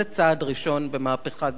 זה צעד ראשון במהפכה גדולה.